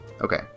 Okay